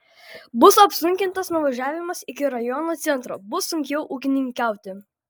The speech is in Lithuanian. bus apsunkintas nuvažiavimas iki rajono centro bus sunkiau ūkininkauti